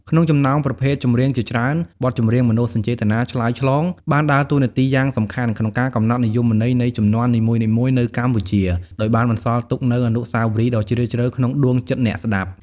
ក្នុងចំណោមប្រភេទចម្រៀងជាច្រើន បទចម្រៀងមនោសញ្ចេតនាឆ្លើយឆ្លង បានដើរតួនាទីយ៉ាងសំខាន់ក្នុងការកំណត់និយមន័យនៃជំនាន់នីមួយៗនៅកម្ពុជា ដោយបានបន្សល់ទុកនូវអនុស្សាវរីយ៍ដ៏ជ្រាលជ្រៅក្នុងដួងចិត្តអ្នកស្តាប់។